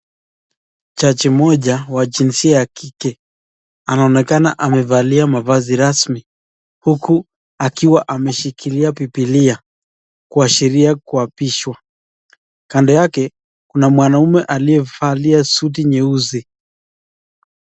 Jaji moja mwenye jinsia ya kike anaonekana amevalia mavazi rasmi huku akiwa ameshikilia Bibilia kuashiria kuapishwa, kando yake kuna mwanaume aliyevalia suti nyeusi.